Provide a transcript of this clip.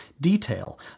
detail